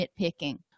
nitpicking